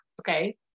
okay